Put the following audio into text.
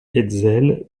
hetzel